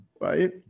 right